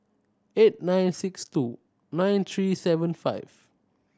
eight nine six two nine three seven five